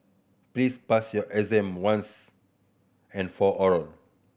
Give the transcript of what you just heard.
please pass your exam once and for all